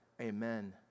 Amen